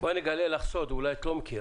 בואי אני אגלה לך סוד, אולי את לא מכירה: